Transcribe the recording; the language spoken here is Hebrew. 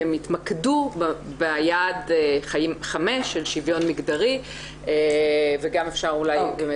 והם התמקדו ב- -- של שוויון מגדרי וגם אפשר אולי באמת